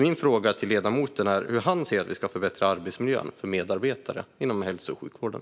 Min fråga till ledamoten är hur han ser att vi ska förbättra arbetsmiljön för medarbetare inom hälso och sjukvården.